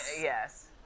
Yes